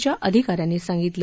च्या अधिकाऱ्यांनी सांगितलं